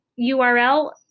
URL